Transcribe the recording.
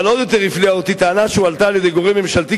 אבל עוד יותר הפליאה אותי טענה שהועלתה על-ידי גורם ממשלתי,